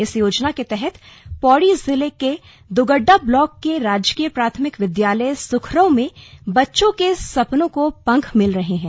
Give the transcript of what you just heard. इस योजना के तहत पौड़ी जिले के द्गड़डा ब्लॉक के राजकीय प्राथमिक विद्यालय सुखरौ में बच्चों के सपनों को पंख मिल रहे हैं